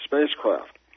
spacecraft